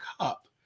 cup